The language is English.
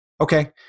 okay